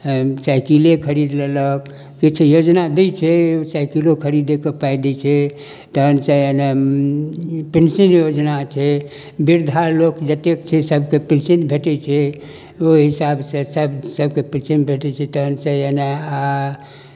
साइकिले खरीद लयलक किछु योजना दै छै साइकिलो खरीदयके पाइ दै छै तखनसँ पेंशन योजना छै वृद्धा लोक जतेक छै सभकेँ पिलसिन भेटै छै ओहि हिसाबसँ सभ सभकेँ पिलसिन भेटै छै तखनसँ एनाइ